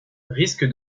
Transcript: risque